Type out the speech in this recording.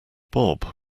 bob